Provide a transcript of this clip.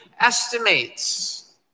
estimates